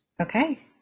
Okay